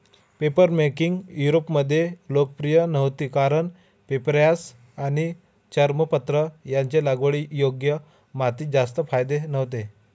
papermaking युरोपमध्ये लोकप्रिय नव्हती कारण पेपायरस आणि चर्मपत्र यांचे लागवडीयोग्य मातीत जास्त फायदे नव्हते